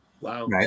Wow